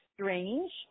strange